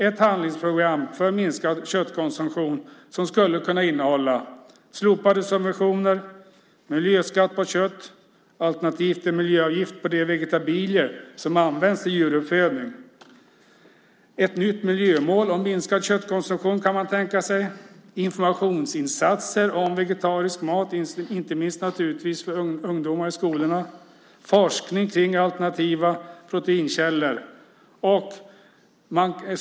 Ett handlingsprogram för minskad köttkonsumtion skulle kunna innehålla slopade subventioner, miljöskatt på kött, alternativt miljöavgift på de vegetabilier som används till djuruppfödning, ett nytt miljömål om minskad köttkonsumtion, informationsinsatser om vegetarisk mat, inte minst för skolungdomar och forskning kring alternativa proteinkällor.